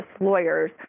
lawyers